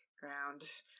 ground